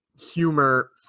humor